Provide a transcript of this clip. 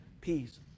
peace